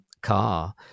car